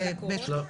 בגלל הקורונה.